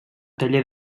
taller